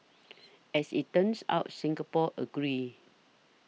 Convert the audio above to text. as it turns out Singapore agree